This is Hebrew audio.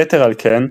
יתר על כן,